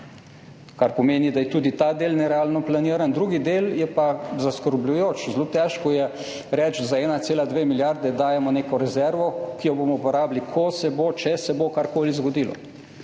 kar pomeni, da je tudi ta del nerealno planiran. Drugi del je pa zaskrbljujoč. Zelo težko je reči, da za 1,2 milijarde dajemo neko rezervo, ki jo bomo porabili, ko se bo, če se bo karkoli zgodilo.